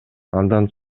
андан